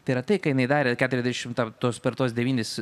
tai yra tai ką jinai darė keturiasdešimt tas per tuos devynis